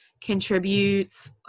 contributes